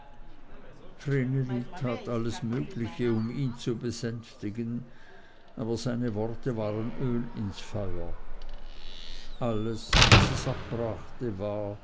tat alles mögliche um ihn zu besänftigen aber seine worte waren öl ins feuer alles was es abbrachte war